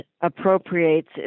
appropriates